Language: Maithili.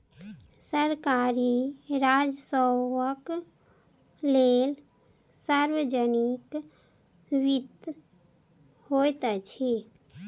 सरकारी राजस्वक लेल सार्वजनिक वित्त होइत अछि